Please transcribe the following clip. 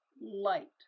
Light